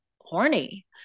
horny